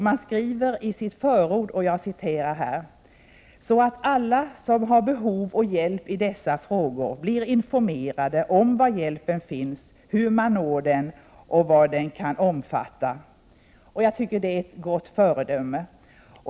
Man skriver i förordet: ”så att alla som har behov av hjälp i dessa frågor blir informerade om var hjälpen finns, hur man når den, och vad den kan omfatta”. Jag tycker att detta är ett gott föredöme.